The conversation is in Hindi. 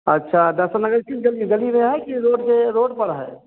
अच्छा दर्शन नगर किस गली गली मे है कि रो रोड पर है